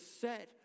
set